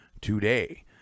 today